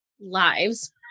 lives